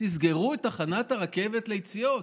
תסגרו את תחנת הרכבת ליציאות,